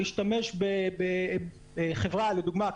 להשתמש בחברה לדוגמה,